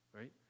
right